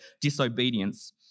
disobedience